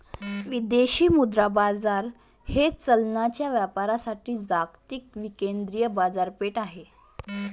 विदेशी मुद्रा बाजार हे चलनांच्या व्यापारासाठी जागतिक विकेंद्रित बाजारपेठ आहे